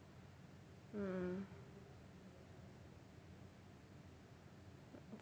mm